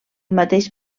mateix